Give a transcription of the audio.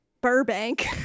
Burbank